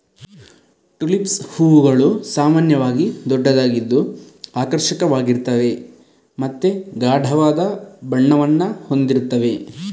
tulips ಹೂವುಗಳು ಸಾಮಾನ್ಯವಾಗಿ ದೊಡ್ಡದಾಗಿದ್ದು ಆಕರ್ಷಕವಾಗಿರ್ತವೆ ಮತ್ತೆ ಗಾಢವಾದ ಬಣ್ಣವನ್ನ ಹೊಂದಿರ್ತವೆ